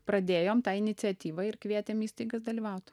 pradėjom tą iniciatyvą ir kvietėm įstaigas dalyvaut